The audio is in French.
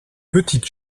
petites